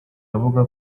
avuga